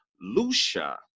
lucia